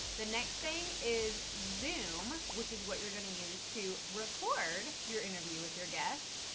the next thing is zoom, which is what you're going to use to record your interview with your guests.